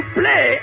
play